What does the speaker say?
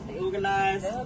organized